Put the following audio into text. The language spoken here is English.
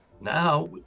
Now